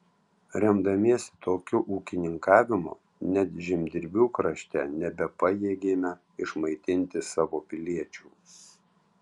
remdamiesi tokiu ūkininkavimu net žemdirbių krašte nebepajėgėme išmaitinti savo piliečių